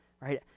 right